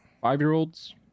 five-year-olds